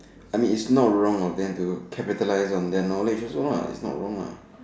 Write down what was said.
I mean is not wrong lah than do capitalism their knowledge is why lah they are not wrong lah